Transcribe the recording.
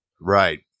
Right